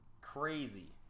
Crazy